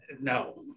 No